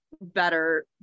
better